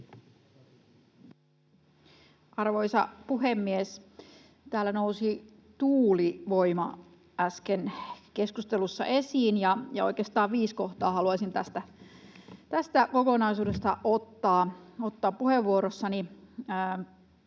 Arvoisa puhemies! Täällä nousi tuulivoima äsken keskustelussa esiin, ja oikeastaan viisi kohtaa haluaisin tästä kokonaisuudesta ottaa puheenvuorossani